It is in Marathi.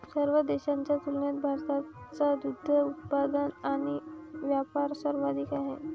सर्व देशांच्या तुलनेत भारताचा दुग्ध उत्पादन आणि वापर सर्वाधिक आहे